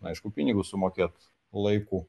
aišku pinigus sumokėt laiku